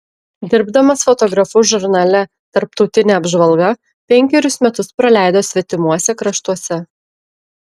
dirbdamas fotografu žurnale tarptautinė apžvalga penkerius metus praleido svetimuose kraštuose